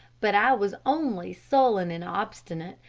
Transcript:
but i was only sullen and obstinate,